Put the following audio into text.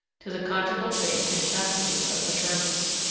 to the conjugal faith and chastity of the germans.